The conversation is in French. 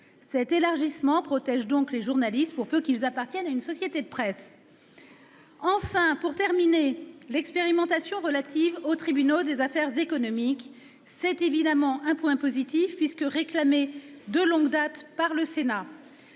Cet élargissement protège donc les journalistes, pour peu qu'ils appartiennent à une société de presse. Enfin, l'expérimentation relative aux tribunaux des activités économiques est évidemment une mesure positive, puisqu'elle était réclamée de longue date par le Sénat.